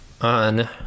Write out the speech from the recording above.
on